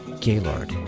Gaylord